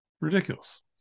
ridiculous